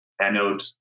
anode